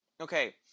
Okay